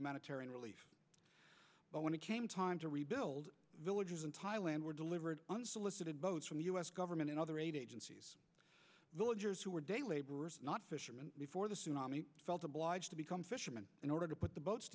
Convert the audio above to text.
humanitarian relief but when it came time to rebuild villages in thailand were delivered unsolicited votes from the us government and other aid agencies villagers who were day laborers not fisherman before the tsunami felt obliged to become fisherman in order to put the